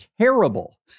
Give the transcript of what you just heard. terrible